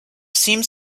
seems